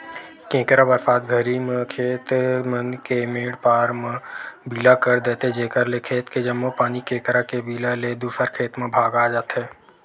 केंकरा बरसात घरी म खेत मन के मेंड पार म बिला कर देथे जेकर ले खेत के जम्मो पानी केंकरा के बिला ले दूसर के खेत म भगा जथे